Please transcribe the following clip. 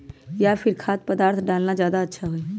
या फिर खाद्य पदार्थ डालना ज्यादा अच्छा होई?